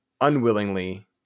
unwillingly